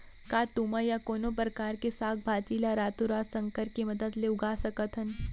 का तुमा या कोनो परकार के साग भाजी ला रातोरात संकर के मदद ले उगा सकथन?